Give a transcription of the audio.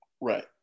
Right